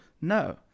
no